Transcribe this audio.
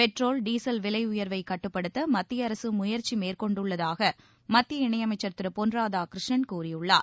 petrol diesel விலை உயர்வை கட்டுப்படுத்த மத்திய அரசு முயற்சி மேற்கொண்டுள்ளதாக மத்திய இணையமைச்சர் திரு பொன் ராதாகிருஷ்ணன் கூறியுள்ளார்